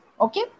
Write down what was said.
Okay